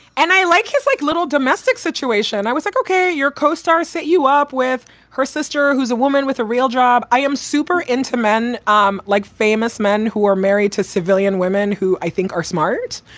and i like his, like, little domestic situation. and i was like, ok, your co-star set you up with her sister, who's a woman with a real job. i am super into men um like famous men who are married to civilian women who i think are smart.